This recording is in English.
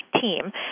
team